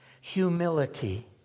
humility